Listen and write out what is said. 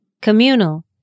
communal